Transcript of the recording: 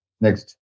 Next